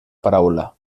paraula